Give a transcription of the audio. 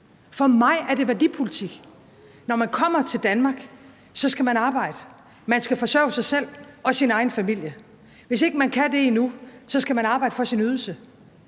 For mig er det værdipolitik. Når man kommer til Danmark, skal man arbejde. Man skal forsørge sig selv og sin egen familie. Hvis ikke man kan det endnu, skal man arbejde for sin ydelse.